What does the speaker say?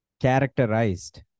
characterized